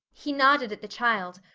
he nodded at the child,